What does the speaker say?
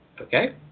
Okay